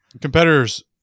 competitors